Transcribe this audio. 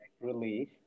relief